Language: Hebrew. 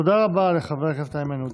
תודה רבה לחבר הכנסת איימן עודה.